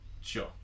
sure